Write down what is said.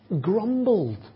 grumbled